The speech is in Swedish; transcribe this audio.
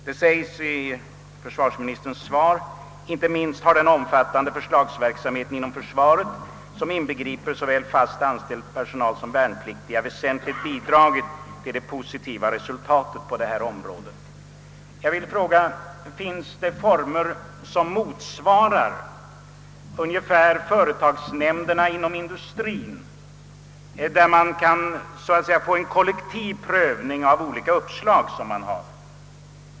Det säges i försvarsministerns svar: »Inte minst har den omfattande förslagsverksamheten inom för svaret, som inbegriper såväl fast personal som värnpliktiga, väsentligt bidragit till positiva resultat på detta område.» Jag vill då fråga: Finns det inom försvaret former som ungefär motsvarar företagsnämnderna inom industrien, där man så att säga kan få en kollektiv prövning av olika uppslag som framkommer?